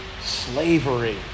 slavery